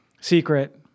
secret